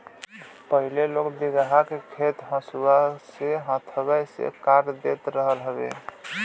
पहिले लोग बीघहा के खेत हंसुआ से हाथवे से काट देत रहल हवे